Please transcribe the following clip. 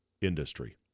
industry